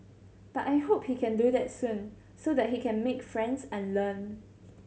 but I hope he can do that soon so that he can make friends and learn